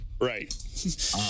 right